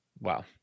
Wow